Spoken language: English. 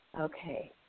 Okay